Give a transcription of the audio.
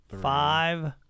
five